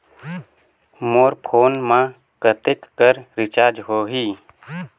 मोर phone मा कतेक कर रिचार्ज हो ही?